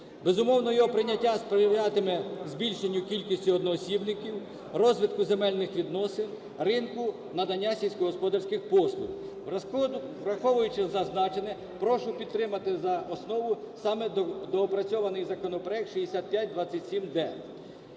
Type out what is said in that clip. Безумовно, його прийняття сприятиме збільшенню кількості одноосібників, розвитку земельних відносин, ринку надання сільськогосподарських послуг. Враховуючи зазначене, прошу підтримати за основу саме доопрацьований законопроект 6527-д.